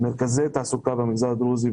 מרכזי תעסוקה במגזר הדרוזי.